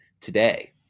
today